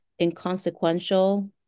inconsequential